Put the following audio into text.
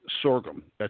sorghum